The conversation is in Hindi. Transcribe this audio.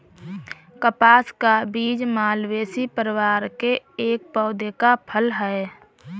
कपास का बीज मालवेसी परिवार के एक पौधे का फल है